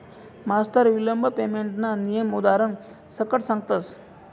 मास्तर विलंब पेमेंटना नियम उदारण सकट सांगतस